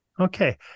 Okay